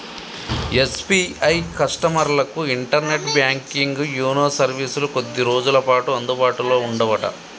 SBI కస్టమర్లకు internet banking YONO సర్వీసులు కొద్ది రోజులపాటు అందుబాటులో ఉండవట